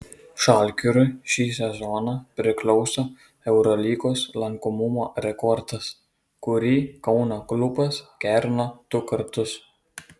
žalgiriui šį sezoną priklauso eurolygos lankomumo rekordas kurį kauno klubas gerino du kartus